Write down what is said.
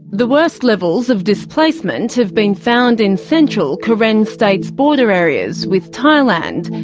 the worst levels of displacement have been found in central karen state's border areas with thailand,